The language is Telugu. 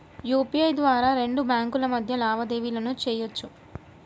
యూపీఐ ద్వారా రెండు బ్యేంకుల మధ్య లావాదేవీలను చెయ్యొచ్చు